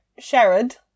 Sherrod